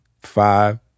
five